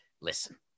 listen